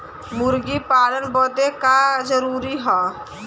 मुर्गी पालन बदे का का जरूरी ह?